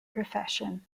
profession